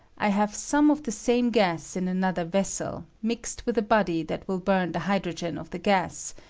i have some of the same gas in another vessel, mixed with a body that will bum the hydro gen of the gas,